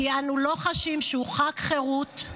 כי אנו לא חשים שהוא חג חירות,